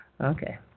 Okay